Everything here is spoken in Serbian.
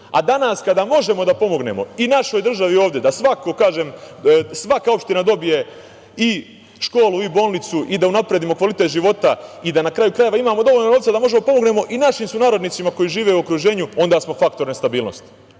a danas kada možemo da pomognemo i našoj državi ovde, da svaka opština dobije i školu i bolnicu i da unapredimo kvalitet života i da na krajeva imamo dovoljno novca da možemo da pomognemo i našim sunarodnicima koji žive u okruženju, onda smo faktor nestabilnosti.